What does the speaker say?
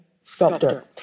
sculptor